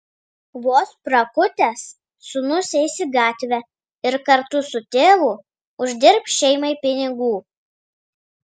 vos prakutęs sūnus eis į gatvę ir kartu su tėvu uždirbs šeimai pinigų